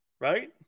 right